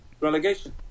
relegation